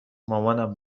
مامانم